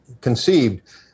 conceived